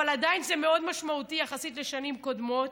אבל עדיין זה מאוד משמעותי יחסית לשנים קודמות.